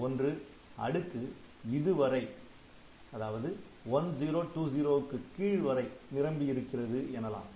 ஒன்று அடுக்கு இதுவரை 1020 க்கு கீழ் வரை நிரம்பி இருக்கிறது எனலாம்